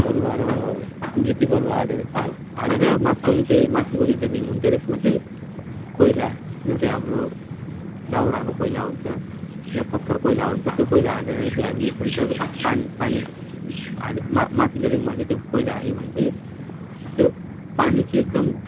बलुवा र गिटी बलुवा हालेर हाल् हालेर माथिल्लो जुन चाहिँ माथिको जुन चाहिँ रिङ हुन्छ त्यसमा चाहिँ कोइला जुन चाहिँ हाम्रो दाउराको कोइला हुन्छ या पत्थर कोइला हुन्छ त्यो कोइला हालेर यदि हामीले फिल्टर पान पानी हाम् मा माथिल्लो रिङमा चाहिँ त्यो कोइला हाल्यो भने चाहिँ त्यो पानी चाहिँ एकदम